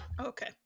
Okay